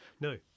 No